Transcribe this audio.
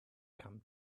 come